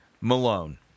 Malone